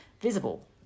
visible